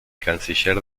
canciller